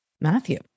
Matthew